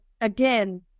again